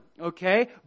Okay